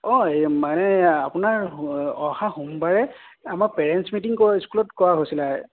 অঁ মানে আপোনাৰ অহা সোমবাৰে আমাৰ পেৰেনচ মিটিং আমাৰ ইস্কুলত কৰা হৈছিলে